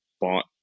bought